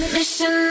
Mission